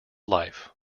life